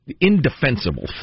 indefensible